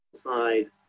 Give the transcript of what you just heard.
side